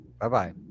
Bye-bye